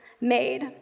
made